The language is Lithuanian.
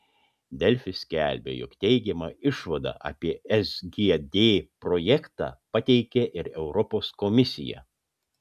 delfi skelbė jog teigiamą išvadą apie sgd projektą pateikė ir europos komisija